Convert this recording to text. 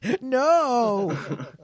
No